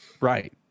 Right